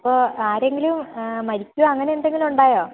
ഓ ആരെങ്കിലും മരിക്കുകയോ അങ്ങനെ എന്തെങ്കിലും ഉണ്ടായോ